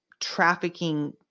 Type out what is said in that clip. trafficking